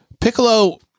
Piccolo